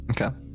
Okay